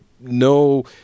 no